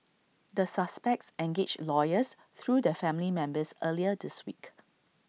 the suspects engaged lawyers through their family members earlier this week